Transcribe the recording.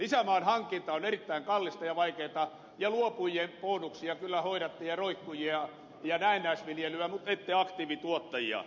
lisämaan hankinta on erittäin kallista ja vaikeata mutta luopujien bonuksista kyllä huolehditte ja roikkujista ja näennäisviljelystä mutta ette aktiivituottajista